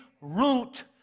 root